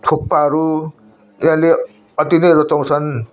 थुक्पाहरू तिनीहरूले अति नै रुचाउँछन्